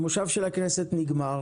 מושב הכנסת מסתיים.